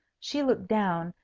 she looked down,